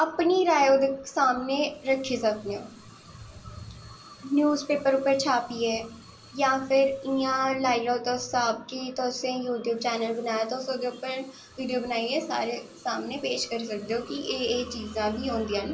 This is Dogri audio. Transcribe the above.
अपनी राय ओह्दे सामनें रक्खी सकनें न्यूज़ पेपर उप्पर छापियै जां इया तुस लाई लैओ हिसाब कि तुसें यूटयूब चैन्नल बनाया तुस ओह्दे उप्पर बीडियो बनाइयै सारें अग्गैं पेश करी सकदे हो कि एह् एह् चीज़ां बी होंदियां न